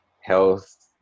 health